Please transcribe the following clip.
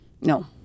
No